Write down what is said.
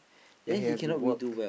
then he have to work